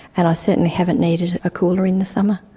and i certainly haven't needed a cooler in the summer.